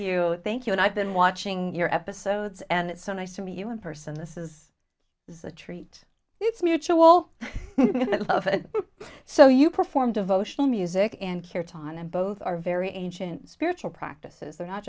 you thank you and i've been watching your episodes and it's so nice to meet you in person this is this is a treat it's mutual so you perform devotional music and care time and both are very ancient spiritual practices they're not